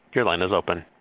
your line is open.